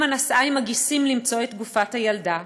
אימא נסעה עם הגיסים למצוא את גופת הילדה,